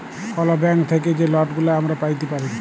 call bank থ্যাইকে যে লটগুলা আমরা প্যাইতে পারি